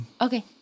Okay